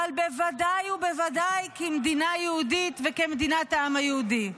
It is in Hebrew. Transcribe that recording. אבל בוודאי ובוודאי כמדינה יהודית וכמדינת העם היהודי.